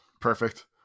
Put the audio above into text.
perfect